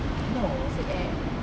silkair